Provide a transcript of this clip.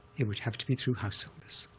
it would have to be through householders,